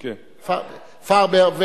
פראוור.